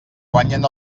guanyen